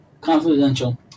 confidential